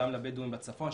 גם לבדואים בצפון,